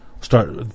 start